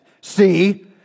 See